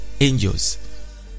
angels